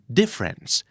difference